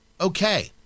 okay